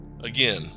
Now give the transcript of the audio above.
Again